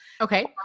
Okay